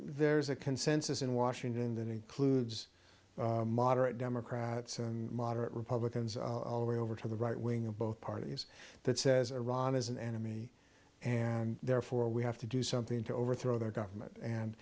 there's a consensus in washington than includes moderate democrats and moderate republicans only over to the right wing of both parties that says iran is an enemy and therefore we have to do something to overthrow their government and